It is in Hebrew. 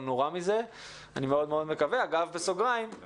אגב, בסוגריים, גם לשר החינוך, יואב גלנט,